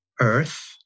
earth